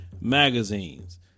magazines